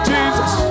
Jesus